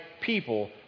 people